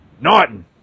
Norton